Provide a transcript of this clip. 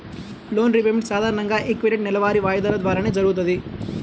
loan repayment సాధారణంగా equated నెలవారీ వాయిదాల ద్వారానే జరుగుతది